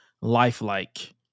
lifelike